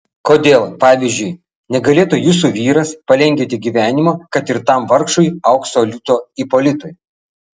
kodėl pavyzdžiui negalėtų jūsų vyras palengvinti gyvenimo kad ir tam vargšui aukso liūto ipolitui